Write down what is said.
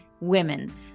women